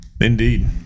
Indeed